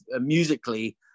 musically